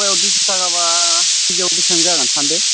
औ दुइस' थाखाब केजियाव बिसिबां जागोन सान्दो